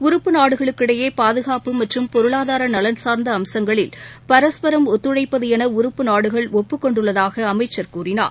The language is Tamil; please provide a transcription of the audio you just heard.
உறுப்பு நாடுகளுக்கு இடையே பாதுகாப்பு மற்றும் பொருளாதார நலன் சார்ந்த அம்சங்களில் பரஸ்பரம் ஒத்துழைப்பது என உறுப்பு நாடுகள் ஒப்புக் கொண்டுள்ளதாக அமைச்சர் கூறினார்